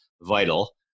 Vital